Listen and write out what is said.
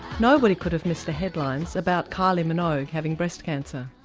nobody could have missed the headlines about kylie minogue having breast cancer.